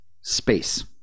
Space